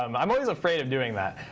um i'm always afraid of doing that.